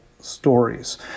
stories